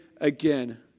again